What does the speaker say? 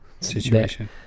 situation